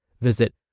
Visit